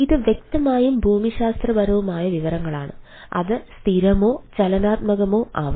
ഇത് വ്യക്തമായും ഭൂമിശാസ്ത്രപരമായ വിവരങ്ങളാണ് അത് സ്ഥിരമോ ചലനാത്മകമോ ആകാം